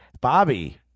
bobby